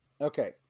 Okay